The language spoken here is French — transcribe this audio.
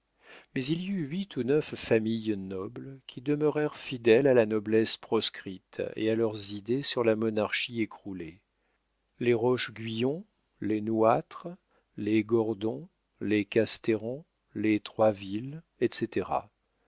mais il y eut huit ou neuf familles nobles qui demeurèrent fidèles à la noblesse proscrite et à leurs idées sur la monarchie écroulée les roche-guyon les nouâtre les gordon les castéran les troisville etc